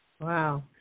Wow